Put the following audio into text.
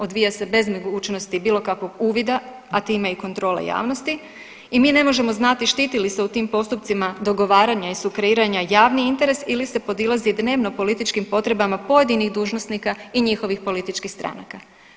Odvija se bez mogućnosti bilo kakvog uvida, a time i kontrole javnosti i mi ne možemo znati štiti li se u tim postupcima dogovaranja i sukreiranja javni interes ili se podilazi dnevno-političkim potrebama pojedinih dužnosnika i njihovih političkih stranaka.